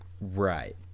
Right